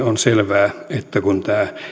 on selvää että kun